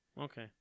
Okay